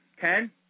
Ken